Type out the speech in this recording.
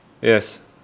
yes